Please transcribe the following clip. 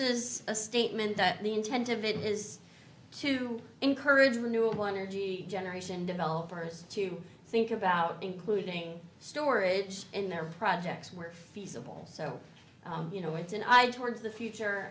is a statement that the intent of it is to encourage renewable energy generation developers to think about including storage in their projects were feasible so you know it's an eye towards the future